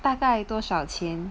大概多少钱